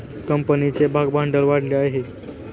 कंपनीचे भागभांडवल वाढले आहे